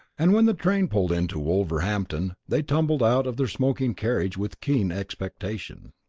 and when the train pulled into wolverhampton, they tumbled out of their smoking carriage with keen expectation.